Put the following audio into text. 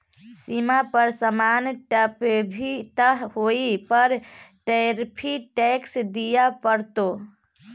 सीमा पर समान टपेभी तँ ओहि पर टैरिफ टैक्स दिअ पड़तौ